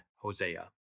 Hosea